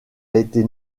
été